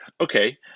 Okay